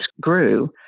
grew